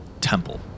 temple